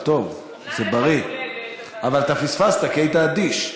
זה טוב, זה בריא, אבל אתה פספסת, כי היית אדיש.